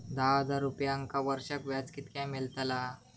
दहा हजार रुपयांक वर्षाक व्याज कितक्या मेलताला?